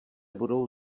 budou